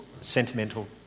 sentimental